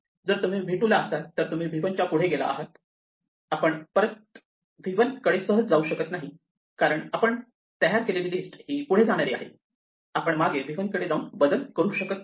जर तुम्ही v 2 ला असाल तर तुम्ही v 1 च्या पुढे गेला आहात आपण परत v 1 कडे सहज जाऊ शकत नाही कारण आपण तयार केलेली लिस्ट पुढे जाणारी आहे आपण मागे v 1 कडे जाऊन बदल करू शकत नाही